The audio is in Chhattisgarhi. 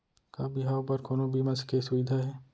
का बिहाव बर कोनो बीमा के सुविधा हे?